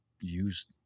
use